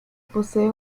posee